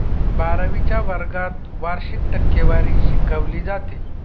बारावीच्या वर्गात वार्षिक टक्केवारी शिकवली जाते